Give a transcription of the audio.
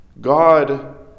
God